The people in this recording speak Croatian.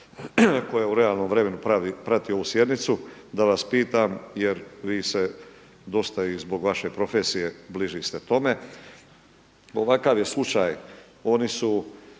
koja je u realnom vremenu prati ovu sjednicu da vas pitam jer vi se dosta i zbog vaše profesije bliži ste tome. Ovakav je slučaj,